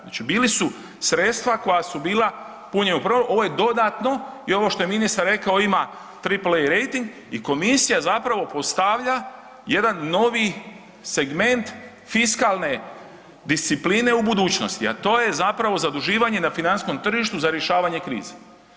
Znači bili su sredstva koja su bila … [[Govornik se ne razumije]] ovo je dodatno i ovo što je ministar rekao ima Triple A rejting i komisija zapravo postavlja jedan novi segment fiskalne discipline u budućnosti, a to je zapravo zaduživanje na financijskom tržištu za rješavanje krize.